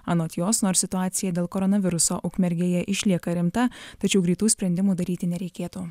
anot jos nors situacija dėl koronaviruso ukmergėje išlieka rimta tačiau greitų sprendimų daryti nereikėtų